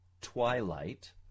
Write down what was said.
twilight